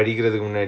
(uh huh)